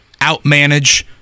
outmanage